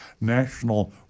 National